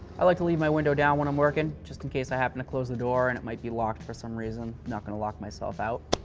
i like to leave my window down when i'm working just in case i happen to close the door and it might be locked for some reason. i'm not going to lock myself out,